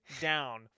down